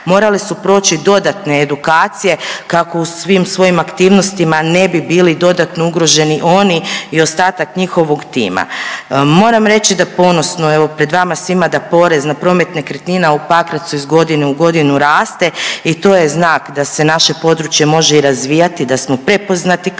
morali su proći dodatne edukacije, kako u svim svojim aktivnostima ne bi bili dodatno ugroženi oni i ostatak njihovog tima. Moram reći da ponosno evo pred vama svima da pored na promet nekretnina u Pakracu iz godine u godinu raste i to je znak da se naše područje može i razvijati, da smo prepoznati kao